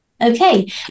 okay